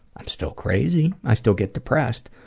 i'm still crazy, i still get depressed,